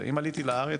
אם עליתי לארץ,